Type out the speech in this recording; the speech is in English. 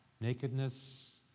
nakedness